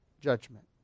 judgment